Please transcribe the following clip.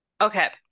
Okay